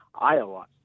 Iowa